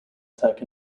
attack